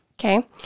Okay